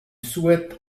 souhaite